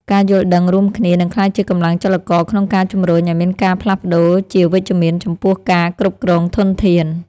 ការយល់ដឹងរួមគ្នានឹងក្លាយជាកម្លាំងចលករក្នុងការជំរុញឱ្យមានការផ្លាស់ប្តូរជាវិជ្ជមានចំពោះការគ្រប់គ្រងធនធាន។